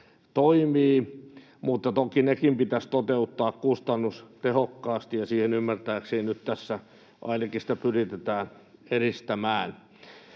toimii. Mutta toki nekin pitäisi toteuttaa kustannustehokkaasti, ja ymmärtääkseni nyt tässä ainakin sitä pyritään edistämään.